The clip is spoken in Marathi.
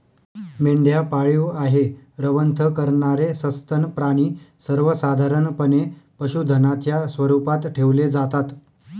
मेंढ्या पाळीव आहे, रवंथ करणारे सस्तन प्राणी सर्वसाधारणपणे पशुधनाच्या स्वरूपात ठेवले जातात